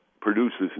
produces